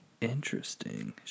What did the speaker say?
Interesting